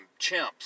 chimps